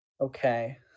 Okay